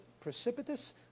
precipitous